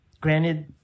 Granted